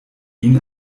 ihn